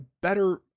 better